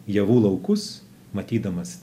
javų laukus matydamas